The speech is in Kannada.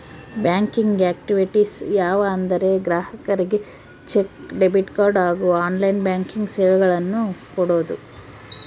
ಬ್ಯಾಂಕಿಂಗ್ ಆಕ್ಟಿವಿಟೀಸ್ ಯಾವ ಅಂದರೆ ಗ್ರಾಹಕರಿಗೆ ಚೆಕ್, ಡೆಬಿಟ್ ಕಾರ್ಡ್ ಹಾಗೂ ಆನ್ಲೈನ್ ಬ್ಯಾಂಕಿಂಗ್ ಸೇವೆಗಳನ್ನು ಕೊಡೋದು